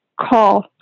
call